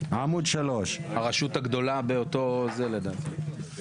עמוד 3. הרשות הגדולה באותו זה, לדעתי.